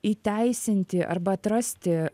įteisinti arba atrasti